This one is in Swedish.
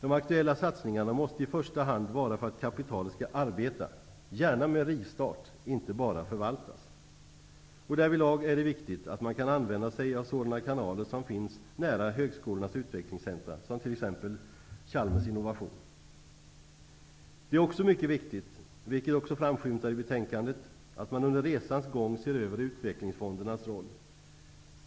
De aktuella satsningarna måste i första hand vara för att kapitalet skall kunna arbeta -- gärna med rivstart -- inte bara förvaltas. Därvidlag är det viktigt att man kan använda sig av de kanaler som finns nära högskolornas utvecklingscentra, såsom t.ex. Chalmers innovation. Det är också mycket viktigt, vilket till en del också framskymtar i betänkandet, att man under resans gång ser över utvecklingsfondernas roll.